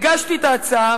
הגשתי את ההצעה,